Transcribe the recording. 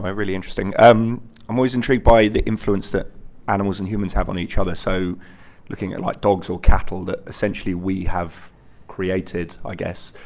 really interesting. um i'm always intrigued by the influence that animals and humans have on each other. so looking at ah dogs or cattle that, essentially, we have created i guess,